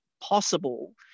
possible